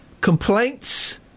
Complaints